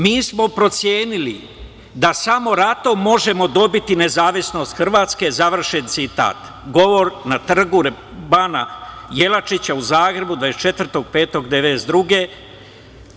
Mi smo procenili da samo ratom možemo dobiti nezavisnost Hrvatske“, završen citat, govor na trgu Bana Jelačića, u Zagrebu, 24. maja 1992. godine.